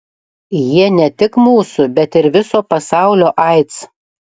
jie ne tik mūsų bet ir viso pasaulio aids